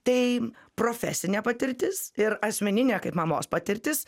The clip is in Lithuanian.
tai profesinė patirtis ir asmeninė kaip mamos patirtis